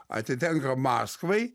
atitenka maskvai